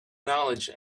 knowledge